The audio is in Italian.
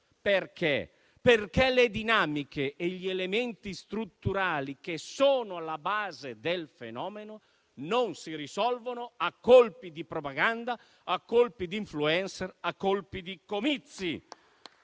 Questo perché le dinamiche e gli elementi strutturali che sono alla base del fenomeno non si risolvono a colpi di propaganda, a colpi di *influencer*, a colpi di comizi.